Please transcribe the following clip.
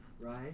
right